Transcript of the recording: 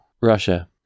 Russia